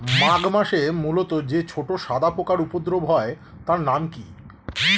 মাঘ মাসে মূলোতে যে ছোট সাদা পোকার উপদ্রব হয় তার নাম কি?